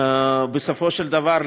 בסופו של דבר,